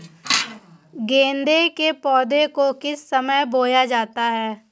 गेंदे के पौधे को किस समय बोया जाता है?